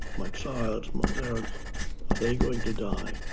my child, my parent, are they going to die?